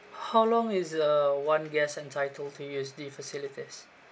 how long is uh one guest entitled to use the facilities